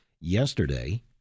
yesterday